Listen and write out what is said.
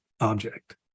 object